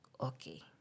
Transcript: okay